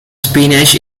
spinach